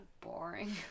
boring